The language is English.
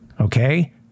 okay